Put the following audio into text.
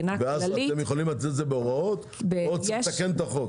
-- ואז אתם יכולים לתת את זה בהוראות או צריך לתקן את החוק?